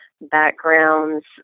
backgrounds